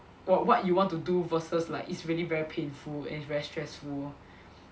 wha~ what you want to do versus like it's really very painful and is very stressful